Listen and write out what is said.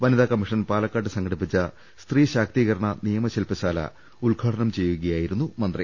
വനിതാ കമ്മീഷൻ പാലക്കാട്ട് സംഘടിപ്പിച്ച സ്ത്രീ ശാക്തീകരണ നിയമശില്പശാല ഉദ്ഘാടനം ചെയ്യുകയായിരുന്നു മന്ത്രി